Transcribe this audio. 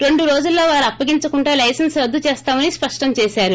రెండు రోజుల్లో వారు అప్పగించకుంటే లైసెన్సు రద్దు చేస్తామని స్పష్టం చేసారు